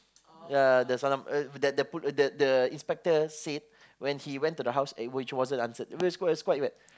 ya the salam uh that that pol~ that the inspector said when he went to the house and which wasn't answered it was it was quite weird